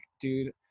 dude